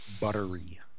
Buttery